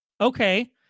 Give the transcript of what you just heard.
Okay